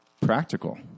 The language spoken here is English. practical